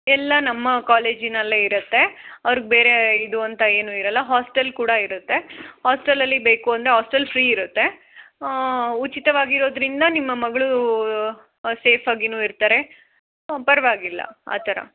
ಎಲ್ಲ ನಮ್ಮ ಕಾಲೇಜಿನಲ್ಲೇ ಇರುತ್ತೆ ಅವ್ರ್ಗೆ ಬೇರೆ ಇದು ಅಂತ ಏನೂ ಇರೋಲ್ಲ ಹಾಸ್ಟೆಲ್ ಕೂಡ ಇರುತ್ತೆ ಹಾಸ್ಟೆಲಲ್ಲಿ ಬೇಕು ಅಂದರೆ ಹಾಸ್ಟೆಲ್ ಫ್ರೀ ಇರುತ್ತೆ ಉಚಿತವಾಗಿರೋದರಿಂದ ನಿಮ್ಮ ಮಗಳು ಸೇಫ್ ಆಗಿನೂ ಇರ್ತಾರೆ ಪರವಾಗಿಲ್ಲ ಆ ಥರ